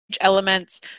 elements